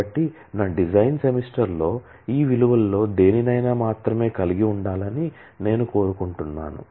కాబట్టి నా డిజైన్ సెమిస్టర్లో ఈ విలువల్లో దేనినైనా మాత్రమే కలిగి ఉండాలని నేను కోరుకుంటున్నాను